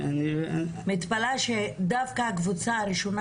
אני מתפלאת שדווקא הקבוצה הראשונה